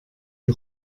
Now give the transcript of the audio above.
die